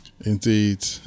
Indeed